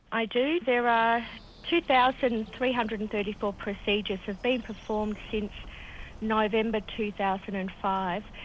i do do ah two thousand three hundred and thirty four procedures have been performed since november two thousand and five,